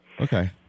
Okay